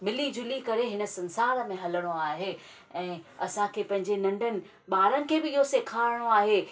मिली जुली करे हिन संसार में हलिणो आहे ऐं असांखे पंहिंजे नंढनि ॿारुनि खे बि इहो सेखारिणो आहे